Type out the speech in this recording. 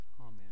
Amen